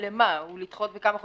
הוא ירצה לדחות בכמה חודשים?